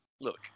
look